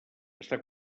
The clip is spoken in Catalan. està